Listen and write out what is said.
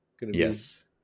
Yes